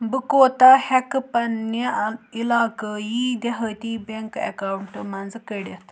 بہٕ کوٗتاہ ہیٚکہٕ پَننہِ علاقٲیی دہٲتی بینٚک ایکاونٹہٕ منٛز کٔڑِتھ